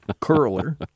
curler